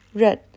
red